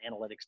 analytics